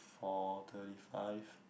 four thirty five